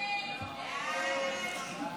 הסתייגות 23 לא נתקבלה.